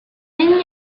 vigne